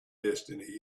destiny